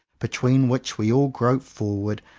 between which we all grope forward,